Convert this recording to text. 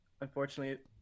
unfortunately